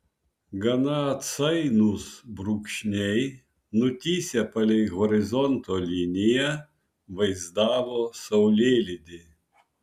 gana atsainūs brūkšniai nutįsę palei horizonto liniją vaizdavo saulėlydį